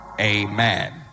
Amen